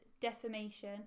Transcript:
defamation